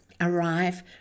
arrive